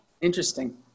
Interesting